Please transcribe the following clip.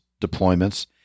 deployments